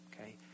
Okay